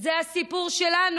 זה הסיפור שלנו,